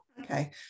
Okay